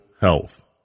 health